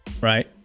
right